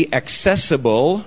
accessible